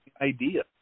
idea